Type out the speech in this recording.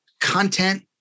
content